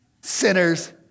Sinners